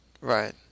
Right